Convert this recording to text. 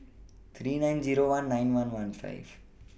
three nine Zero one nine one one five